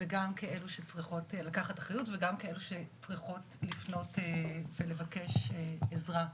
וגם כאלו שצריכות לקחת אחריות וגם כאלו שצריכות לפנות ולבקש עזרה.